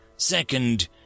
Second